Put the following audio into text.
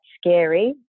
scary